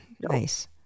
Nice